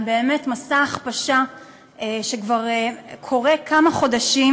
באמת מסע הכפשה שכבר קורה כמה חודשים,